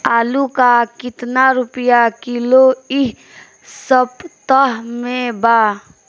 आलू का कितना रुपया किलो इह सपतह में बा?